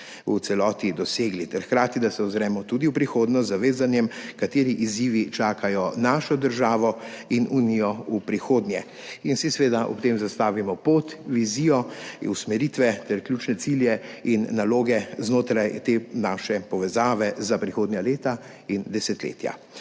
v celoti dosegli, ter se hkrati ozremo tudi v prihodnost, z zavedanjem, kateri izzivi čakajo našo državo in Unijo v prihodnje in si seveda ob tem zastavimo pot, vizijo usmeritve ter ključne cilje in naloge znotraj te naše povezave za prihodnja leta in desetletja.